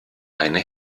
eine